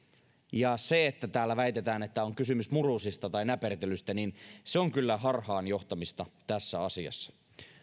ja se että täällä väitetään että on kysymys murusista tai näpertelystä on kyllä harhaanjohtamista tässä asiassa